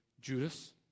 Judas